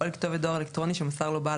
או אל כתובת דואר אלקטרוני שמסר לו בעל